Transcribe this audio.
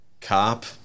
cop